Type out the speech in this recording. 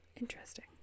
Interesting